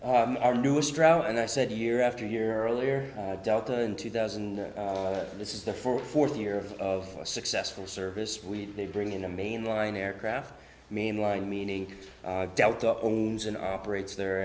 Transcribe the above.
area our newest drought and i said year after year earlier delta in two thousand this is the fourth fourth year of a successful service week they bring in a mainline aircraft main line meaning delta owns and operates their